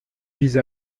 vise